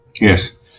Yes